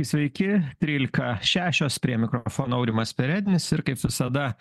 sveiki trylika šešios prie mikrofono aurimas perednis ir kaip visada